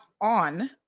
on